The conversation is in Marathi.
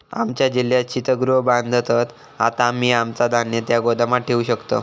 आमच्या जिल्ह्यात शीतगृह बांधत हत, आता आम्ही आमचा धान्य त्या गोदामात ठेवू शकतव